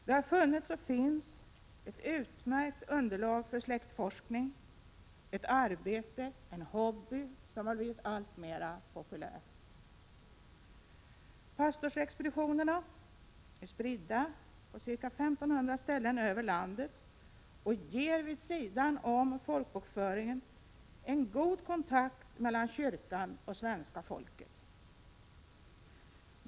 Det har funnits och finns ett utmärkt underlag för släktforskning, ett arbete och en hobby som blivit alltmer populär. Pastorsexpeditionerna är spridda på ca 1 500 ställen över landet och ger, vid sidan av folkbokföringen, en god kontakt mellan kyrkan och svenska folket.